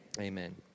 Amen